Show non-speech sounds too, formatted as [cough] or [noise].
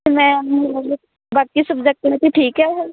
ma'am [unintelligible] ਬਾਕੀ ਸਬਜੈਕਟਾਂ ਵਿੱਚ ਠੀਕ ਹੈ ਇਹ